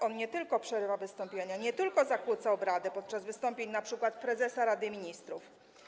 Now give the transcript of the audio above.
On nie tylko przerywa wystąpienia, nie tylko zakłóca obrady podczas wystąpień np. prezesa Rady Ministrów.